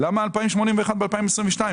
למה 2,081 ב-22'?